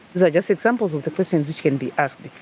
these are just examples of the questions which can be asked.